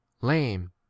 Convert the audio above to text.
lame